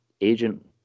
agent